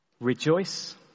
Rejoice